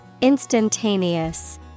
Instantaneous